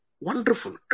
Wonderful